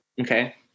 Okay